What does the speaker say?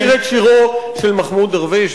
אני מכיר את שירו של מחמוד דרוויש,